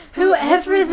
whoever